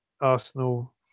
Arsenal